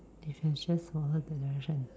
if you had just follow directions